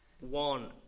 one